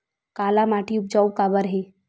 काला माटी उपजाऊ काबर हे?